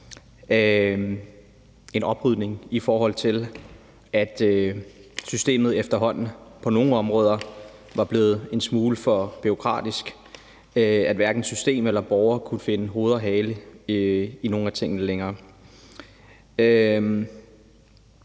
en oprydning, i forhold til at systemet efterhånden på nogle områder var blevet en smule for bureaukratisk, så hverken system eller borger kunne finde hoved og hale i nogle af tingene længere.